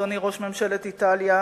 אדוני ראש ממשלת איטליה,